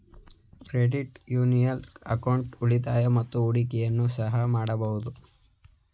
credit union account ಉಳಿತಾಯ ಮತ್ತು ಹೂಡಿಕೆಯನ್ನು ಸಹ ಮಾಡಬಹುದು